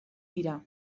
dira